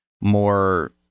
more